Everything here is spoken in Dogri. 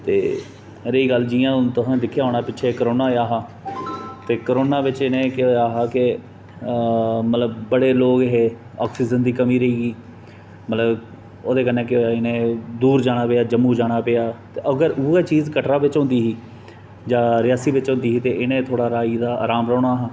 ते रेही गल्ल जि'यां हून तोहें दिक्खेआ होना पिच्छै करोना आया हा ते करोना बिच्च इ'नें केह् होएया हा के मतलब बड़े लोग हे आक्सीजन दी कमी रेही ही मतलब ओह्दे कन्नै केह् होआ इ'नें दूर जाना पेआ जम्मू जाना पेआ ते अगर उ'यै चीज कटरा बिच्च होंदी ही जां रियासी बिच्च होंदी ही ते इ'नें थोह्ड़ा हारा एह्दा आराम रौह्ना हा